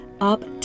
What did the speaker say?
up